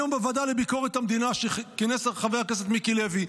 היום בוועדה לביקורת המדינה שכינס חבר הכנסת מיקי לוי,